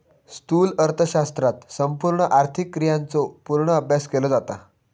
स्थूल अर्थशास्त्रात संपूर्ण आर्थिक क्रियांचो पूर्ण अभ्यास केलो जाता